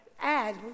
add